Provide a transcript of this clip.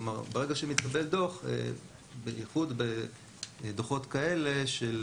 כלומר ברגע שמתקבל דוח במיוחד בדוחות כאלה של